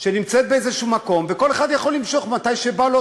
שנמצאת באיזשהו מקום וכל אחד יכול למשוך מתי שבא לו,